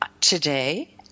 Today